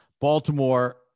Baltimore